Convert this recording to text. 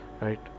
right